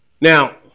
Now